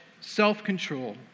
self-control